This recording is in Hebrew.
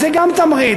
אז זה גם תמריץ,